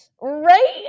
Right